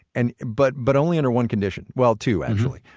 and but but only under one condition. well, two actually.